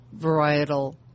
varietal